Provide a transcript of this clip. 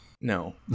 No